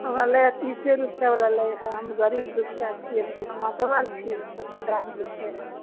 अहाँलए तीसे रुपैएवला लै हइ हम गरीब दुखिआ छिए हम कोनो मातवर छी पट्टेदारीके